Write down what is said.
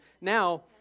Now